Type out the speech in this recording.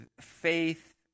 faith